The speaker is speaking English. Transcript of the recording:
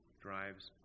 drives